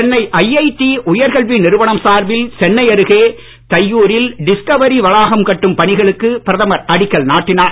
Chennai IIT உயர்கல்வி நிறுவனம் சார்பில் சென்னை அருகே தையூரில் டிஸ்கவரி வளாகம் கட்டும் பணிகளுக்கு பிரதமர் அடிக்கல் நாட்டினார்